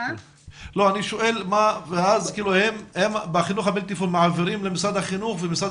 האם בחינוך הבלתי פורמלי מעבירים למשרד החינוך ומשרד